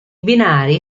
binari